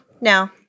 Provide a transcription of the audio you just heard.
no